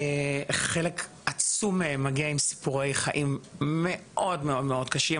חלק עצום מהם מגיע עם סיפורי חיים מאוד מאוד קשים.